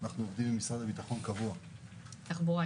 אנחנו עובדים קבוע עם משרד התחבורה,